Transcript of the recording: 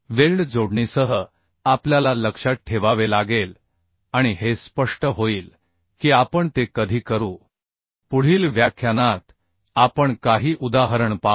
weld जोडणीसह आपल्याला लक्षात ठेवावे लागेल आणि हे स्पष्ट होईल की आपण ते कधी करू पुढील व्याख्यानात आपण काही उदाहरण पाहू